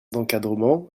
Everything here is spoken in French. d’encadrement